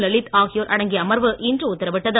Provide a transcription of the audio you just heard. லலித் ஆகியோர் அடங்கிய அமர்வு இன்று உத்தரவிட்டது